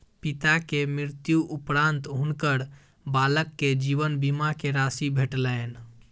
पिता के मृत्यु उपरान्त हुनकर बालक के जीवन बीमा के राशि भेटलैन